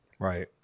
Right